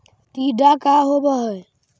टीडा का होव हैं?